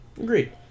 Agreed